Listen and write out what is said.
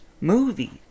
movie